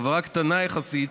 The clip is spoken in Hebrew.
עבירה קטנה יחסית,